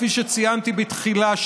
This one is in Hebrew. כפי שציינתי בתחילה,